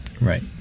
right